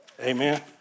Amen